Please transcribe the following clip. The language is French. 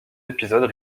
épisodes